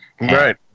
Right